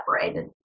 separated